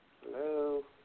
Hello